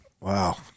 wow